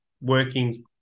working